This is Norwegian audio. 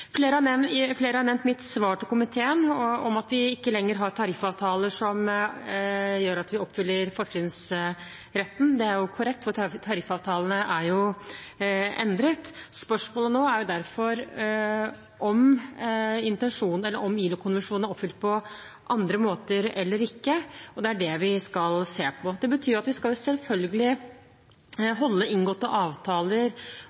Flere har nevnt mitt svar til komiteen om at vi ikke lenger har tariffavtaler som gjør at vi oppfyller fortrinnsretten. Det er korrekt, for tariffavtalene er jo endret. Spørsmålet nå er derfor om ILO-konvensjonen er oppfylt på andre måter, eller ikke, og det er det vi skal se på. Det betyr at vi selvfølgelig skal